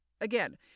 Again